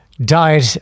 Died